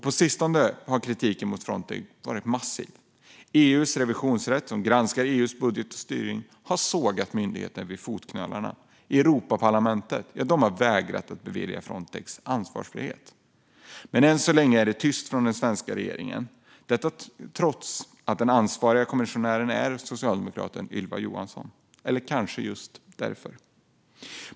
På sistone har kritiken mot Frontex varit massiv. EU:s revisionsrätt, som granskar EU:s budget och styrning, har sågat myndigheten vid fotknölarna. Europaparlamentet har vägrat att bevilja Frontex ansvarsfrihet. Men än så länge är det tyst från den svenska regeringen, trots att den ansvariga kommissionären är socialdemokraten Ylva Johansson - eller kanske just därför.